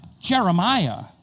Jeremiah